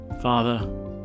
Father